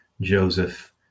Joseph